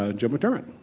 ah joe mcdermott.